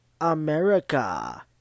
America